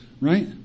right